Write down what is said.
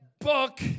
book